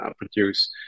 produce